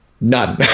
none